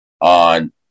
on